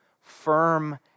firm